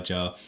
Jar